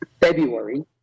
February